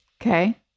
Okay